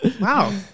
wow